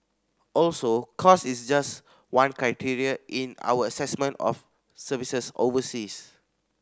also cost is just one criteria in our assessment of services overseas